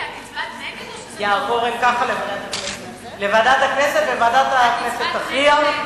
יעבור לוועדת הכנסת וועדת הכנסת תכריע.